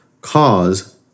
cause